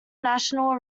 national